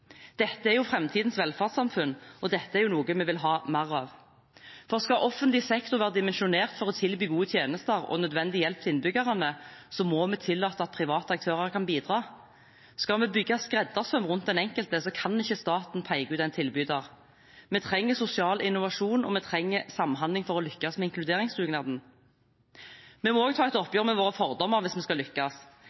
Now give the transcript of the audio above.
Dette er framtidens velferdssamfunn, og dette er noe vi vil ha mer av, for skal offentlig sektor være dimensjonert for å tilby gode tjenester og nødvendig hjelp til innbyggerne, må vi tillate at private aktører kan bidra. Skal vi bygge skreddersøm rundt den enkelte, kan ikke staten peke ut en tilbyder. Vi trenger sosial innovasjon, og vi trenger samhandling for å lykkes med inkluderingsdugnaden. Vi må også ta et oppgjør med våre fordommer hvis vi skal lykkes.